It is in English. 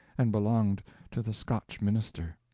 and belonged to the scotch minister.